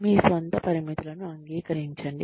మీ స్వంత పరిమితులను అంగీకరించండి